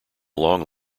long